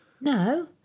No